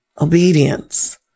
obedience